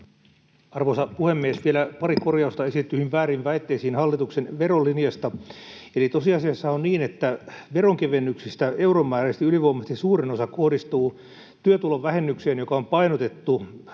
Arvoisa puhemies! Vielä pari korjausta esitettyihin väärin väitteisiin hallituksen verolinjasta. Tosiasiassa on niin, että veronkevennyksistä euromääräisesti ylivoimaisesti suurin osa kohdistuu työtulovähennykseen, joka on painotettu